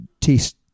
test